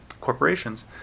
corporations